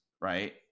right